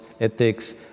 ethics